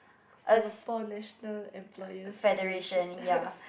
Singapore national employer federation